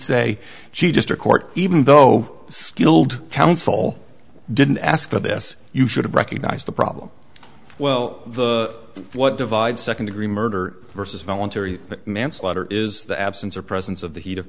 say she just a court even though skilled counsel didn't ask for this you should have recognized the problem well what divides second degree murder versus voluntary manslaughter is the absence or presence of the heat of